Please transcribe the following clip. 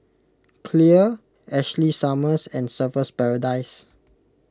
Clear Ashley Summers and Surfer's Paradise